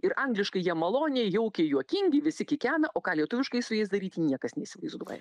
ir angliškai jie maloniai jaukiai juokingi visi kikena o ką lietuviškai su jais daryti niekas neįsivaizduoja